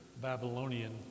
Babylonian